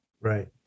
Right